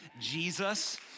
Jesus